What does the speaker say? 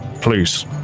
please